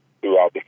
throughout